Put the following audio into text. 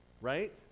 right